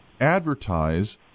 advertise